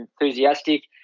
enthusiastic